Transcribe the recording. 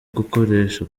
gukoresha